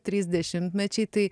trys dešimtmečiai tai